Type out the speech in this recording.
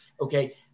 okay